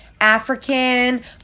african